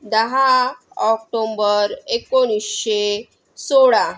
दहा ऑक्टोंबर एकोणीसशे सोळा